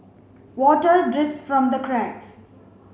water drips from the cracks